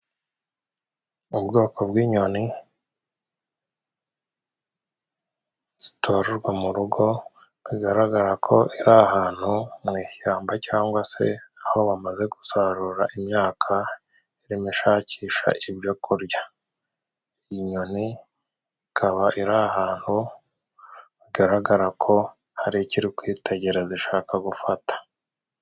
Ubwoko bw'inyoni zitororwa mu rugo bigaragara ko iri ahantu mu ishyamba cyangwa se aho bamaze gusarura imyaka ririmo ishakisha ibyo kurya. Iyi inyoni ikaba iri ahantu Bigaragara ko hari icyo iri kwitegeza ishaka gufata.